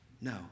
No